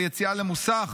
ביציאה למוסך,